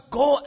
go